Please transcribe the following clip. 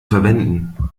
verwenden